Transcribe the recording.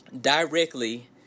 directly